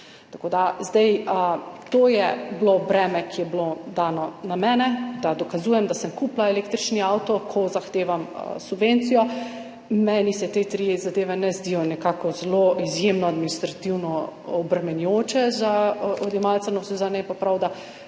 o homologaciji. To je bilo breme, ki je bilo dano na mene, da dokazujem, da sem kupila električni avto, ko zahtevam subvencijo. Meni se te tri zadeve ne zdijo izjemno administrativno obremenjujoče za odjemalca, navsezadnje je pa prav,